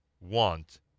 want